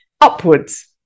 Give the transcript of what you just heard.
upwards